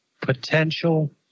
potential